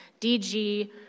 DG